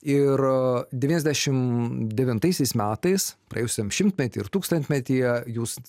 ir devyniasdešimt devintaisiais metais praėjusiam šimtmety ir tūkstantmetyje jūs